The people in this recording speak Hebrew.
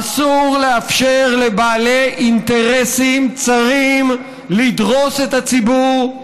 אסור לאפשר לבעלי אינטרסים צרים לדרוס את הציבור,